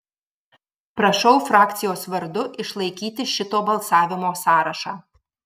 prašau frakcijos vardu išlaikyti šito balsavimo sąrašą